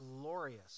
glorious